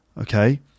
Okay